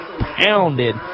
pounded